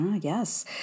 Yes